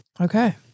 Okay